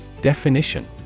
Definition